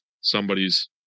somebody's